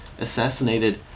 assassinated